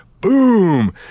boom